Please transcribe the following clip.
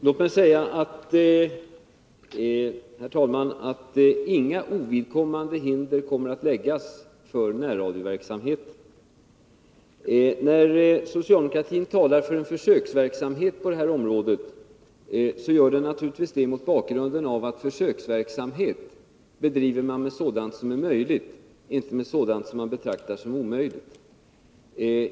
Herr talman! Låt mig säga att inga ovidkommande hinder kommer att läggas för närradioverksamheten. När socialdemokratin talar för en försöksverksamhet på detta område gör den naturligtvis det mot bakgrund av att försöksverksamhet bedriver man med sådant som är möjligt, inte med sådant som man betraktar som omöjligt.